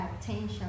attention